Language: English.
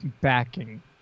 backing